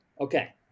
Okay